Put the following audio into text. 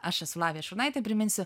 aš esu lavija šurnaitė priminsiu